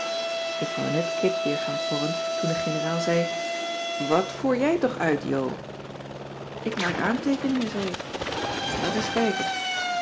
ik wou net kit weer gaan porren toen de generaal zei wat voer jij toch uit jo ik maak aanteekeningen zei ik laat eens kijken